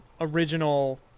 original